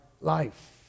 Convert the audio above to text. life